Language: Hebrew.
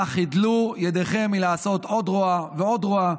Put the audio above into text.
נא חדלו ידיכם מלעשות עוד רוע ועוד רוע.